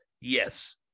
Yes